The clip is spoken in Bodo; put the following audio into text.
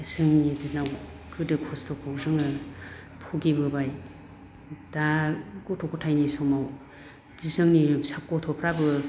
जोंनि दिनाव गोदो खस्थ'खौ जोङो बगिबोबाय दा गथ' ग'थायनि समाव दि जोंनि गथ'फ्राबो